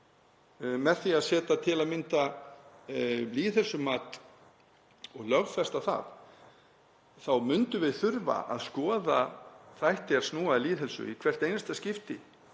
Með því að setja til að mynda lýðheilsumat og lögfesta það þá myndum við þurfa að skoða þætti er snúa að lýðheilsu í hvert einasta skipti